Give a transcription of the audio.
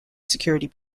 security